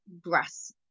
grass